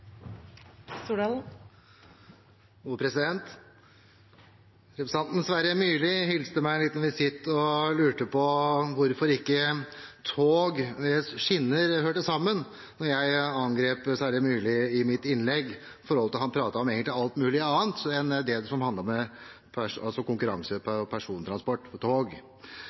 Representanten Sverre Myrli hilste meg med en liten visitt og lurte på hvorfor ikke tog og skinner hørte sammen, når jeg i mitt innlegg angrep Sverre Myrli for å prate om alt mulig annet enn det som handler om konkurranse for persontransport med tog.